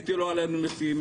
הטילו עלינו מיסים,